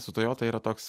su toyota yra toks